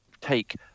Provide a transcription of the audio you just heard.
take